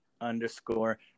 underscore